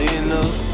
enough